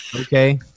Okay